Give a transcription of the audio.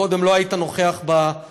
קודם לא היית נוכח באולם,